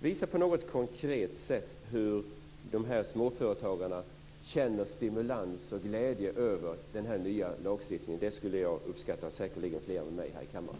Visa på något konkret sätt hur småföretagarna känner stimulans och glädje över den här nya lagstiftningen! Det skulle jag uppskatta, och det skulle säkerligen också flera andra med mig göra här i kammaren.